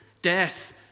death